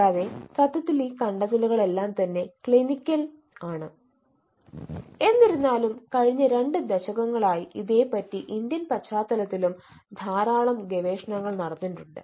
കൂടാതെ സത്യത്തിൽ ഈ കണ്ടെത്തലുകളെല്ലാം തന്നെ ക്ലിനിക്കൽ സ്ലൈഡ് എന്നിരുന്നാലും കഴിഞ്ഞ രണ്ട് ദശകങ്ങളായി ഇതേപ്പറ്റി ഇന്ത്യൻ പശ്ചാത്തലത്തിലും ധാരാളം ഗവേഷണങ്ങൾ നടന്നിട്ടുണ്ട്